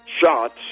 shots